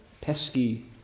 pesky